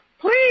Please